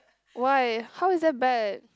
why how is that bad